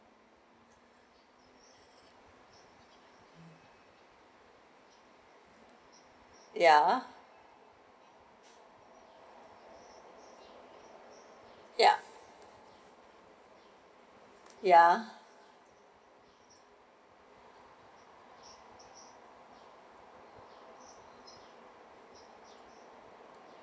ya ya ya